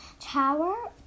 tower